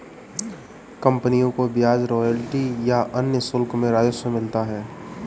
कंपनियों को ब्याज, रॉयल्टी या अन्य शुल्क से राजस्व मिलता है